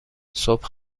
صبح